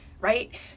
right